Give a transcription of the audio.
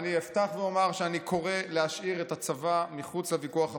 ואני אפתח ואומר שאני קורא להשאיר את הצבא מחוץ לוויכוח הפוליטי.